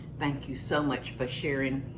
thank you so much for sharing